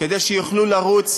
כדי שיוכלו לרוץ